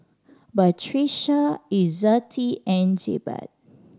Batrisya Izzati and Jebat